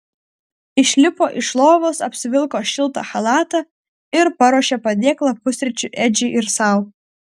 išlipo iš lovos apsivilko šiltą chalatą ir paruošė padėklą pusryčių edžiui ir sau